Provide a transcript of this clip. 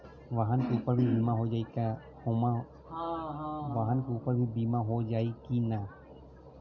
वाहन के ऊपर भी बीमा हो जाई की ना?